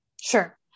Sure